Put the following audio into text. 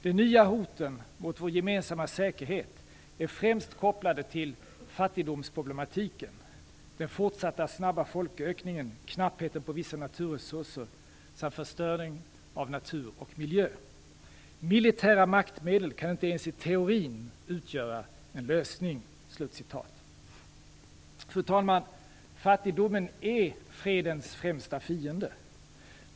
De nya hoten mot vår gemensamma säkerhet är främst kopplade till fattigdomsproblematiken, den fortsatt snabba folkökningen, knappheten på vissa naturresurser samt förstöringen av natur och miljö - Militära maktmedel kan inte ens i teorin utgöra en lösning". Fru talman! Fattigdomen är fredens främsta fiende.